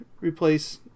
replace